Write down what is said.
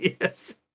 yes